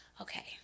okay